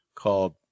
called